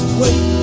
wait